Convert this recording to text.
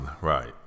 right